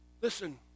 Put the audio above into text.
Listen